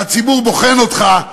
והציבור בוחן אותך,